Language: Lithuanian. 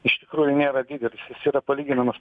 iš tikrųjų nėra didelis jis yra palyginamas